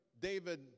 David